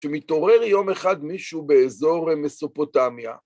שמתעורר יום אחד מישהו באזור מסופוטמיה.